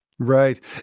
right